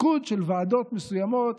תפקוד של ועדות מסוימות,